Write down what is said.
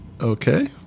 Okay